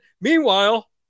meanwhile